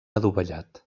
adovellat